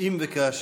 אם וכאשר.